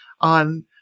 on